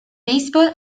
baseball